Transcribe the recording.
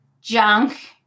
junk